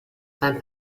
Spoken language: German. beim